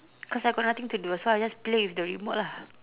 cause I got nothing to do so I just play with the remote lah